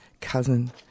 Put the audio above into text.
cousin